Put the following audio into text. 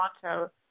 Toronto